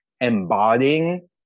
embodying